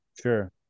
Sure